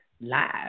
live